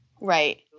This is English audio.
right